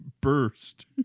Burst